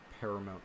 paramount